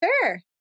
Sure